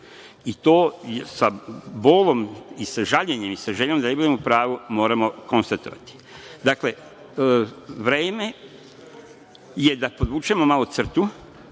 To sa bolom, sa žaljenjem i sa željom da ne izgubimo pravo, moramo konstatovati. Dakle, vreme je da podvučemo malo crtu